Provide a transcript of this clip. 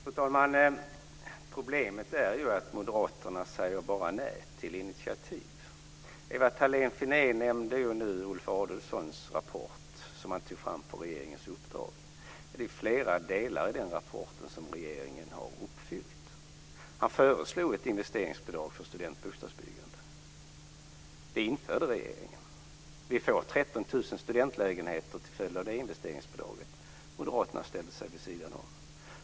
Fru talman! Problemet är ju att Moderaterna bara säger nej till olika initiativ. Ewa Thalén Finné nämnde Ulf Adelsohns rapport som han tog fram på regeringens uppdrag. Det är flera förslag i den rapporten som regeringen har genomfört. Ulf Adelsohn föreslog ett investeringsbidrag för studentbostadsbyggande. Det införde regeringen, och nu får vi 13 000 nya studentbostäder till följd av det investeringsbidraget. Moderaterna ställde sig vid sidan om.